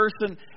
person